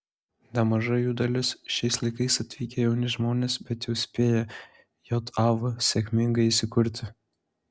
nemaža jų dalis šiais laikais atvykę jauni žmonės bet jau spėję jav sėkmingai įsikurti